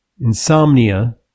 insomnia